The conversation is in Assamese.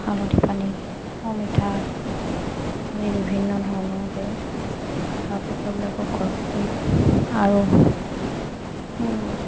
হালধি পানী অমিতা আদি বিভিন্ন ধৰণৰকৈ হাঁহ কুকুকাবিলাকক খুৱাব পাৰি আৰু